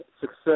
success